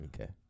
Okay